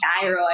thyroid